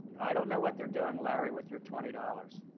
i don't know what they're doing, larry, with your twenty dollars.